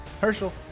Herschel